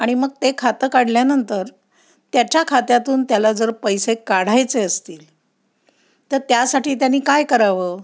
आणि मग ते खातं काढल्यानंतर त्याच्या खात्यातून त्याला जर पैसे काढायचे असतील तर त्यासाठी त्याने काय करावं